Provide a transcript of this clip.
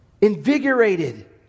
invigorated